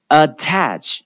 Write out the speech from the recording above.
attach